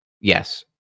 Yes